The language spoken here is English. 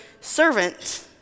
servant